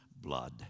blood